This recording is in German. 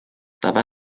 dabei